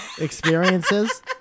experiences